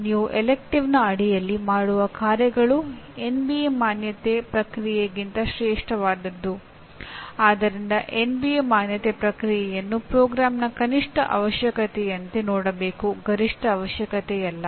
ನೀವು ಆರಿಸಿದ ಪಠ್ಯಕ್ರಮದ ಅಡಿಯಲ್ಲಿ ಮಾಡುವ ಕಾರ್ಯಗಳು ಎನ್ಬಿಎ ಮಾನ್ಯತೆ ಪ್ರಕ್ರಿಯೆಯನ್ನು ಕಾರ್ಯಕ್ರಮದ ಕನಿಷ್ಠ ಅವಶ್ಯಕತೆಯಂತೆ ನೋಡಬೇಕು ಗರಿಷ್ಠ ಅವಶ್ಯಕತೆಯಲ್ಲ